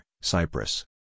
Cyprus